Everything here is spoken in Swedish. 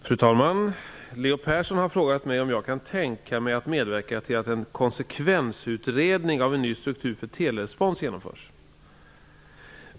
Fru talman! Leo Persson har frågat mig om jag kan tänka mig att medverka till att en konsekvensutredning av en ny struktur för Telerespons genomförs.